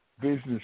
business